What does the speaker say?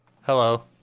Hello